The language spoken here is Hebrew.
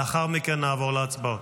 לאחר מכן נעבור להצבעות.